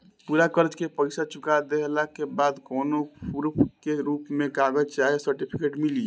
पूरा कर्जा के पईसा चुका देहला के बाद कौनो प्रूफ के रूप में कागज चाहे सर्टिफिकेट मिली?